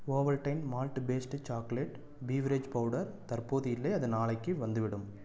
Ovaltine malt based chocolate beverage powder தற்போது இல்லை அது நாளைக்கு வந்துவிடும்